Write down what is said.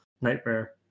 nightmare